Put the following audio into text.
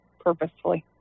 purposefully